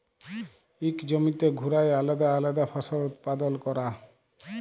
ইক জমিতে ঘুরায় আলেদা আলেদা ফসল উৎপাদল ক্যরা